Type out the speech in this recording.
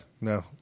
no